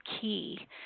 key